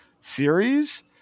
series